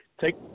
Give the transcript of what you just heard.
take